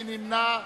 מי נמנע?